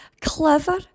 clever